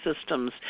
systems